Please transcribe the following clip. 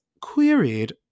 queried